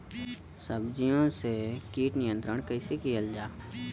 सब्जियों से कीट नियंत्रण कइसे कियल जा?